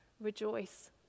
Rejoice